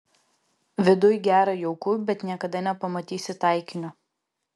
viduj gera jauku bet niekada nepamatysi taikinio